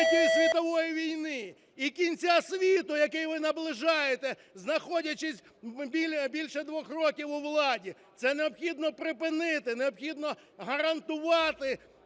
Третьої світової війни і кінця світу, який ви наближаєте, знаходячись більше двох років у владі. Це необхідно припинити. Необхідно гарантувати